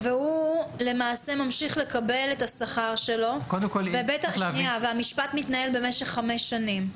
והוא למעשה ממשיך לקבל את השכר שלו והמשפט מתנהל במשך חמש שנים.